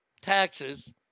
taxes